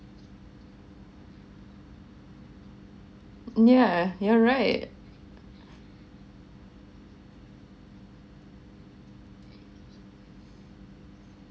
yeah you're right